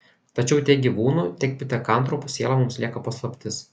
tačiau tiek gyvūnų tiek pitekantropų siela mums lieka paslaptis